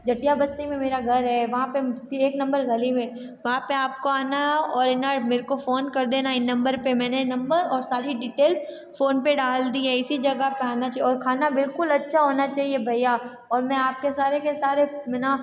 जटिया बस्ती में मेरा घर है वहाँ पर एक नंबर गली में वहाँ पर आपको आना है और है न मेरे को फ़ोन कर देना इन नंबर पर मैंने नंबर और सारी डिटेल फ़ोन पर डाल दी है इसी जगह पर आना है और खाना बिलकुल अच्छा होना चाहिए भैया और मैं आपके सारे के सारे में न